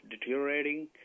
deteriorating